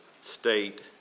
state